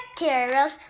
materials